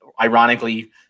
ironically